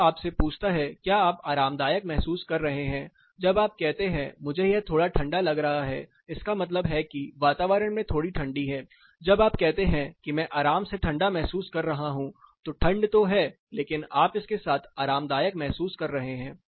यह आपसे पूछता है कि क्या आप आरामदायक महसूस कर रहे हैं जब आप कहते हैं मुझे यह थोड़ा ठंडा लग रहा है इसका मतलब है कि वातावरण मे थोड़ी ठंडी है जब आप कहते हैं कि मैं आराम से ठंडा महसूस कर रहा हूं तो ठंड तो है लेकिन आप इसके साथ आरामदायक महसूस कर रहे हैं